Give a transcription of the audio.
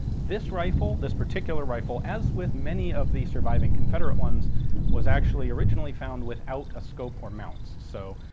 this rifle, this particular rifle, as with many of the surviving confederate ones was actually originally found without a scope or mounts. so,